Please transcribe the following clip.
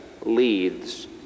leads